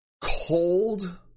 cold